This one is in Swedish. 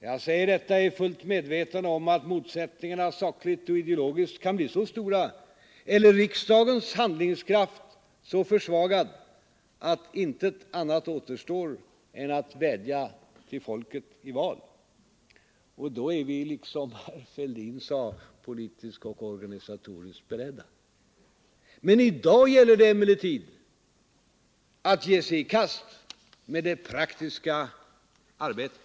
Jag säger detta i fullt medvetande om att motsättningarna sakligt och ideologiskt kan bli så stora, eller riksdagens handlingskraft så försvagad, att intet annat återstår än att vädja till folket i val, och då är vi, liksom herr Fälldin sade, politiskt och organisatoriskt beredda. I dag gäller det emellertid att ge sig i kast med det praktiska arbetet.